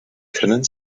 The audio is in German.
können